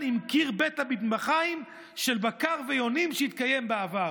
עם קיר בית המטבחיים של בקר ויונים שהתקיים בעבר.